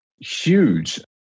Huge